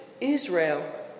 Israel